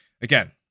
again